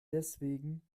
deswegen